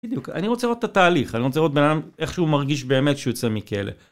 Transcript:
בדיוק. אני רוצה לראות את התהליך. אני רוצה לראות בן אדם, איך שהוא מרגיש באמת כשהוא יוצא מכלא